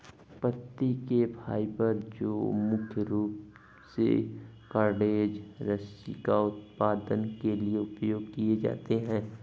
पत्ती के फाइबर जो मुख्य रूप से कॉर्डेज रस्सी का उत्पादन के लिए उपयोग किए जाते हैं